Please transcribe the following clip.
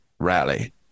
rally